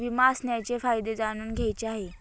विमा असण्याचे फायदे जाणून घ्यायचे आहे